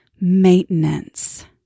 maintenance